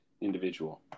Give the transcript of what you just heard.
individual